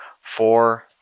four